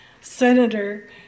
senator